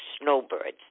snowbirds